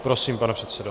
Prosím, pane předsedo.